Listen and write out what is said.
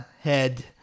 head